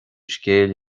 scéal